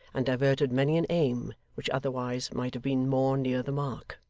and diverted many an aim which otherwise might have been more near the mark.